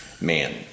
man